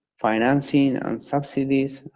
financing, and subsidies,